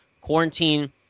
quarantine